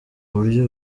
buryo